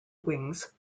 wings